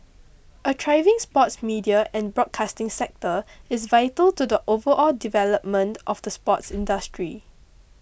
a thriving sports media and broadcasting sector is vital to the overall development of the sports industry